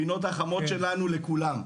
הפינות החמות שלנו לכולם.